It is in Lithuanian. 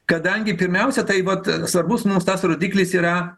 kadangi pirmiausia taip vat svarbus mums tas rodiklis yra